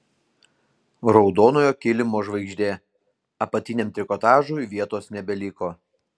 raudonojo kilimo žvaigždė apatiniam trikotažui vietos nebeliko